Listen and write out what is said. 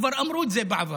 כבר אמרו את זה בעבר.